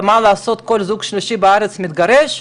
ומה לעשות שכל זוג שלישי בארץ מתגרש,